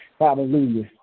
Hallelujah